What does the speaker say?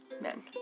men